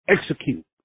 execute